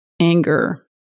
anger